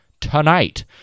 tonight